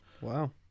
Wow